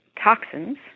toxins